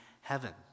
heaven